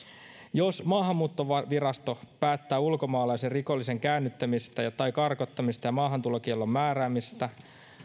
jos maahanmuuttovirasto päättää ulkomaalaisen rikollisen käännyttämisestä tai karkottamisesta ja maahantulokiellon määräämisestä